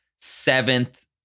seventh